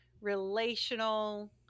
relational